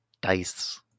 dice